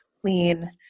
clean